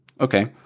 Okay